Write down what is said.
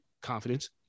Confidence